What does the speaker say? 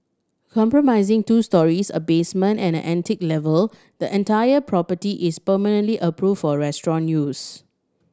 compromising two storeys a basement and an attic level the entire property is permanently approved for restaurant use